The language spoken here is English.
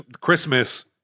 Christmas